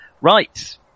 right